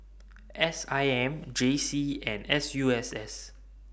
S I M J C and S U S S